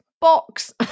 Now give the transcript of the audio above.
box